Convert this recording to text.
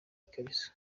ikariso